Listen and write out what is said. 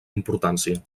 importància